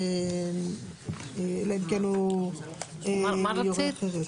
אלא אם כן הוא יאמר אחרת.